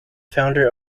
founder